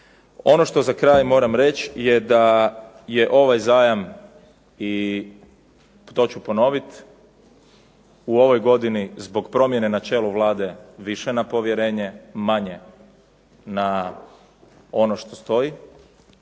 Ono što za kraj moram reći je da je ovaj zajam, i to ću ponovit, u ovoj godini zbog promjene na čelu Vlade više na povjerenje manje na ono što stoji,